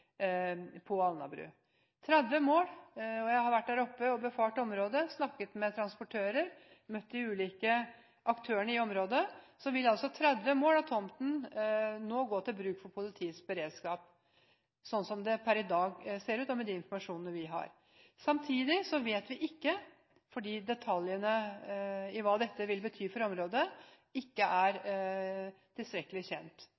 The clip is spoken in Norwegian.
på Alnabru. Jeg har vært der oppe og befart området, jeg har snakket med transportører og møtt de ulike aktørene i området, og vi mener at 30 mål av tomten må gå til bruk for politiets beredskap, slik som det ser ut per i dag og med den informasjonen vi har. Samtidig vet vi det ikke, fordi detaljene om hva dette vil bety for området ikke er tilstrekkelig kjent.